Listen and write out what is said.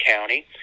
county